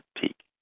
peak